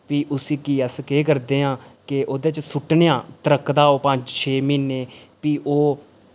फ्ही उसगी अस केह् करदे आं केह् ओह्दे च सुट्टनेआं त्रकदा ओह् पंज छे म्हीने फ्ही ओह्